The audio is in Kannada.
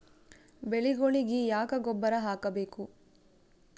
ಬೆಳಿಗೊಳಿಗಿ ಯಾಕ ಗೊಬ್ಬರ ಹಾಕಬೇಕು?